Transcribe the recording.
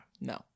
No